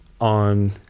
on